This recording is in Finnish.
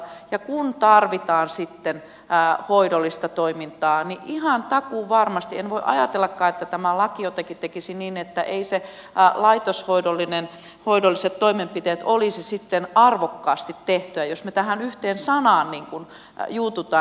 ja kun tarvitaan sitten hoidollista toimintaa niin en voi ajatellakaan että tämä laki jotenkin tekisi niin että ne laitoshoidolliset toimenpiteet eivät olisi sitten arvokkaasti tehtyjä jos me tähän yhteen sanaan juutumme että se ei